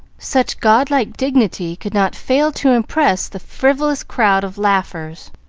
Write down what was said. such god-like dignity could not fail to impress the frivolous crowd of laughers,